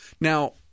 Now